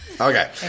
okay